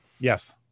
Yes